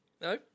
No